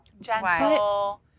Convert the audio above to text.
Gentle